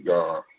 God